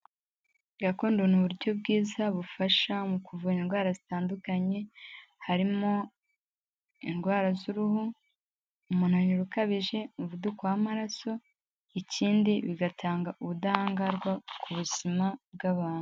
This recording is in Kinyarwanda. Gakondo n'ubu uburyo bwiza bufasha mu kuvura indwara zitandukanye, harimo indwara z'uruhu, umunaniro ukabije umuvuduko w'amaraso, ikindi bigatanga ubudahangarwa ku buzima bw'abantu.